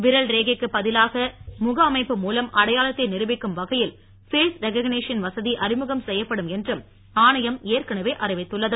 விரல் ரேகைக்கு பதிலாக முக அமைப்பு மூலம் அடையாளத்தை நிருபிக்கும் வகையில் பேஸ் ரெகக்னிஷன் வசதி அறிமுகம் செய்யப்படும் என்றும் ஆணையம் ஏற்கனவே அறிவித்துள்ளது